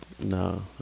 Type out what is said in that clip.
No